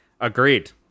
Agreed